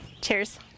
Cheers